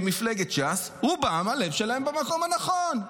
מפלגת ש"ס, רובם, הלב שלהם במקום הנכון.